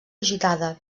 agitada